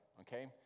okay